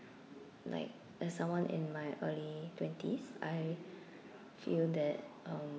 like as someone in my early twenties I feel that um